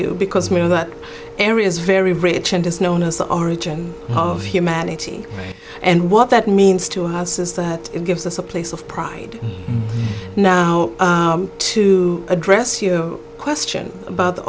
do because we know that area is very rich and is known as the origin of humanity and what that means to house is that it gives us a place of pride now to address your question about the